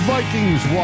Vikings